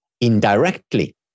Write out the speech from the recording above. indirectly